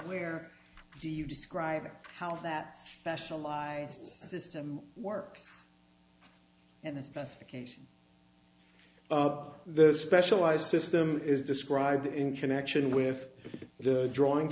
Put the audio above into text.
where do you describe how that specialized system works and the specifications of the specialized system is described in connection with the drawing